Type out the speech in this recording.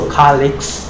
colleagues